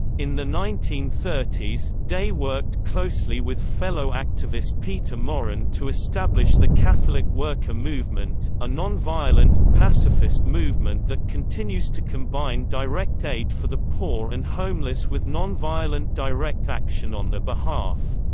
in the nineteen thirty s, day worked closely with fellow activist peter maurin to establish the catholic worker movement, a nonviolent, pacifist movement that continues to combine direct aid for the poor and homeless with nonviolent direct action on their behalf.